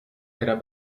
era